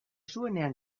zuenean